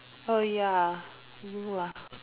oh ya you ah